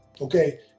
Okay